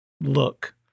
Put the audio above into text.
look